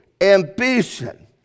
ambition